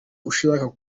ushaka